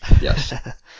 Yes